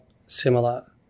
similar